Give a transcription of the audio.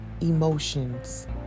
emotions